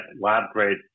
lab-grade